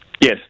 Yes